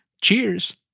Cheers